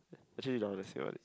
actually now lets think about it